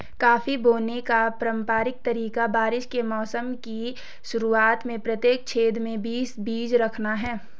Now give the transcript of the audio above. coffee बोने का पारंपरिक तरीका बारिश के मौसम की शुरुआत में प्रत्येक छेद में बीस बीज रखना है